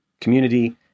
community